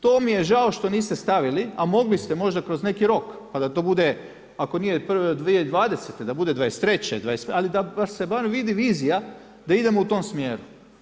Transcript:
To mi je žao što niste stavili, a mogli ste možda kroz neki rok, pa da to bude, ako nije 2020. da bude 2023. ali da vam se bar vidi vizija da idemo u tom smjeru.